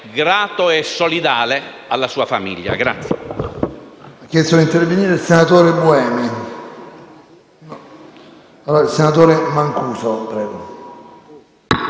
grato e solidale alla sua famiglia.